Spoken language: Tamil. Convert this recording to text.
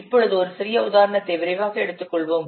இப்பொழுது ஒரு சிறிய உதாரணத்தை விரைவாக எடுத்துக்கொள்வோம்